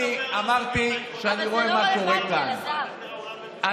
אני לא מדבר על הסוגיות העקרוניות,